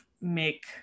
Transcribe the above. make